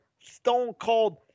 stone-cold